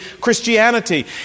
Christianity